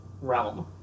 realm